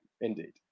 Indeed